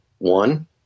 One